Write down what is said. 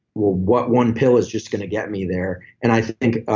what one pill is just going to get me there? and i think,